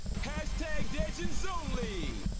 tag digital only.